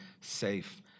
safe